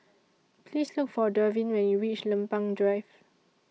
Please Look For Darvin when YOU REACH Lempeng Drive